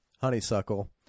honeysuckle